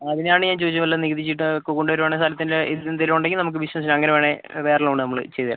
അതിനാണ് ഞാൻ ചോദിച്ചത് വല്ല നികുതി ചീട്ടോ ഒക്കെ കൊണ്ടുവരുവാണേൽ സ്ഥലത്തിൻ്റെ ഇതിന് എന്തേലും ഉണ്ടെങ്കിൽ നമുക്ക് ബിസിനസ്സിന് അങ്ങന വേണേ വേറെ ലോൺ നമ്മള് ചെയ്ത് തരാം